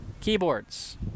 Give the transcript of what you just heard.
keyboards